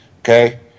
okay